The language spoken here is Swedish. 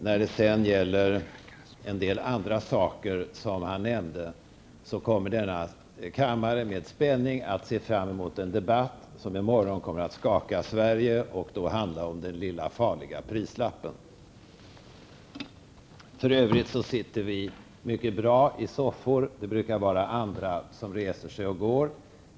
När det sedan gäller en del andra saker som han nämnde vill jag säga att denna kammare med spänning ser fram mot en debatt som i morgon kommer att skaka Sverige och som kommer att handla om den farliga lilla prislappen. För övrigt sitter vi mycket bra i soffan. Det brukar vara andra som reser sig och går.